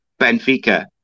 Benfica